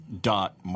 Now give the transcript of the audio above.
dot